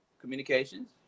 Communications